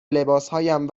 لباسهایم